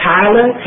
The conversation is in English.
Tyler